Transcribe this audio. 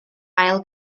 ail